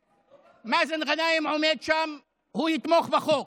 שמאזן גנאים, עומד שם, הוא יתמוך בחוק,